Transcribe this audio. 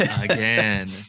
Again